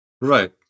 Right